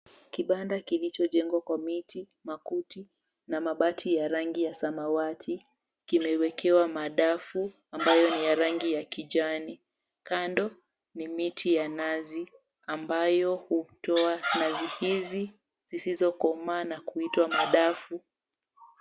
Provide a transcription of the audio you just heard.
Kibanda kilichojengwa kwa miti, makuti na mabati ya rangi ya samawati kimewekewa madafu ambayo ni ya rangi ya kijani. Kando ni miti ya nazi ambayo hutoa nazi hizi zisizokomaa na kuitwa madafu.